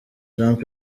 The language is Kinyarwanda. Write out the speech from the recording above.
trump